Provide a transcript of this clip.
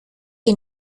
que